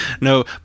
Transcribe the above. No